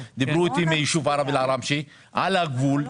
ועם כל הכבוד,